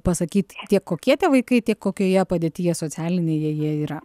pasakyt tiek kokie tie vaikai tiek kokioje padėtyje socialinėje jie yra